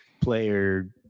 player